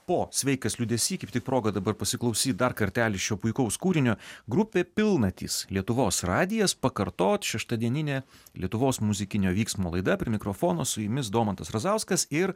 po sveikas liūdesy kaip tik proga dabar pasiklausyt dar kartelį šio puikaus kūrinio grupė pilnatys lietuvos radijas pakartot šeštadieninė lietuvos muzikinio vyksmo laida prie mikrofono su jumis domantas razauskas ir